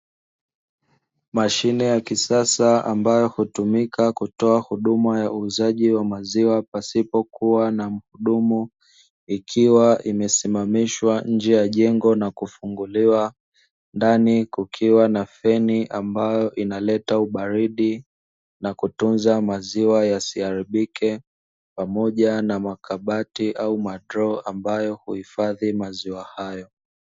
Mashine ya kisasa ambayo hutumika kutoa huduma ya uuzaji wa maziwa, pasipo kuwa na mhudumu, ikiwa imesimamishwa nje ya jengo na kufunguliwa ndani kukiwa na feni, ambayo inaleta ubaridi na kutunza maziwa yasiharibike pamoja na makabati au madroo ambayo huhifadhi maziwa hayo.